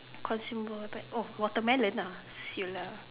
consumer apa eh oh watermelon lah [siol] lah